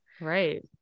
Right